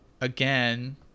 Again